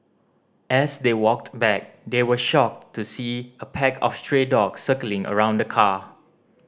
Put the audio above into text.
as they walked back they were shocked to see a pack of stray dogs circling around the car